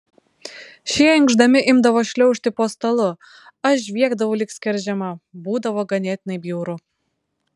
šie inkšdami imdavo šliaužti po stalu aš žviegdavau lyg skerdžiama būdavo ganėtinai bjauru